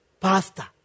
Pastor